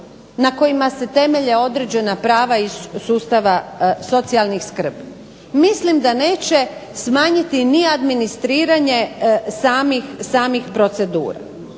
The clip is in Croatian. na kojima se temelje određena prava iz sustava socijalne skrbi. Mislim da neće smanjiti ni administriranje samih procedura.